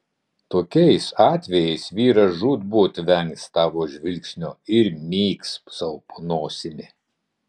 tokiais atvejais vyras žūtbūt vengs tavo žvilgsnio ir myks sau po nosimi